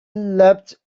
leapt